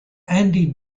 andy